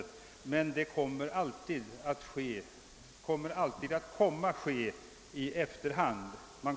v., men det kommer alltid att ske i efterhand.